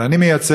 אבל אני מייצג,